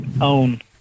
own